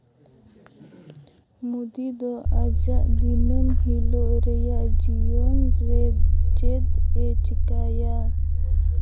ᱢᱳᱫᱤ ᱫᱚ ᱟᱡᱟᱜ ᱫᱤᱱᱟᱹᱢ ᱦᱤᱞᱳᱜ ᱨᱮᱭᱟᱜ ᱡᱤᱭᱳᱱ ᱨᱮ ᱪᱮᱫᱼᱮ ᱪᱤᱠᱟᱹᱭᱟ